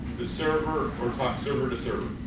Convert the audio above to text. the server or talk server to server